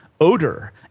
odor